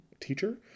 teacher